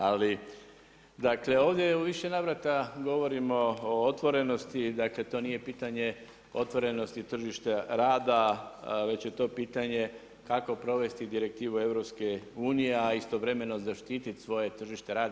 Ali dakle, ovdje u više navrata govorimo o otvorenosti, dakle to nije pitanje otvorenosti tržišta rada već je to pitanje kako provesti direktivu EU a istovremeno zaštiti svoje tržište rada.